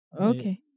okay